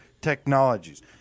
technologies